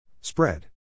Spread